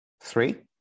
Three